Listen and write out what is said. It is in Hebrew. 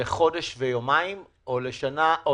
לחודש ויומיים או ל-13 חודשים ויומיים?